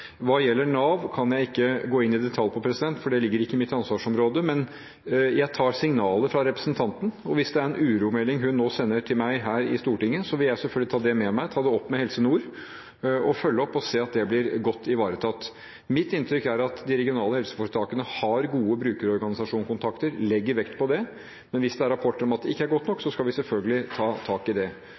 gjelder Nav, kan jeg ikke i detalj gå inn på, for det ligger ikke under mitt ansvarsområde, men jeg tar signalet fra representanten. Hvis det er en uromelding representanten nå sender til meg her i Stortinget, vil jeg selvfølgelig ta det med meg. Jeg vil ta det opp med Helse Nord og følge opp og se til at det blir godt ivaretatt. Mitt inntrykk er at de regionale helseforetakene har god kontakt med brukerorganisasjonene – de legger vekt på det – men hvis det er rapporter om at det ikke er godt nok, skal vi selvfølgelig ta tak i det.